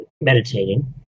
meditating